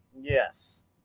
Yes